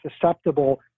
susceptible